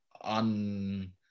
on